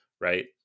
right